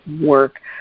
work